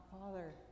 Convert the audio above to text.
Father